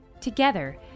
Together